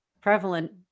prevalent